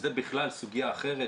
שזו בכלל סוגיה אחרת.